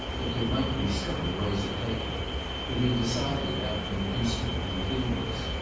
that there might be several ways of taking but he decided after an instant for the humorous.